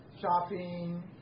shopping